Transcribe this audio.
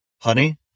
Honey